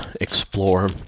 explore